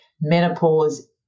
menopause